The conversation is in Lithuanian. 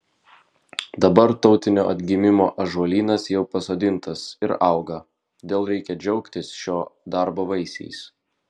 dabar tautinio atgimimo ąžuolynas jau pasodintas ir auga todėl reikia džiaugtis šio darbo vaisiais